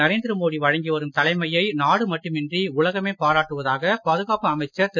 நரேந்திர மோடி வழங்கி வரும் தலைமையை நாடு மட்டுமின்றி உலகமே பாராட்டுவதாக பாதுகாப்பு அமைச்சர் திரு